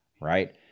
right